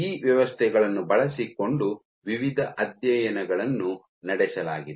ಈ ವ್ಯವಸ್ಥೆಗಳನ್ನು ಬಳಸಿಕೊಂಡು ವಿವಿಧ ಅಧ್ಯಯನಗಳನ್ನು ನಡೆಸಲಾಗಿದೆ